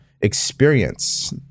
experience